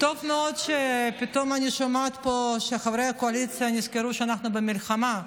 טוב מאוד שפתאום אני שומעת פה שחברי הקואליציה נזכרו שאנחנו במלחמה.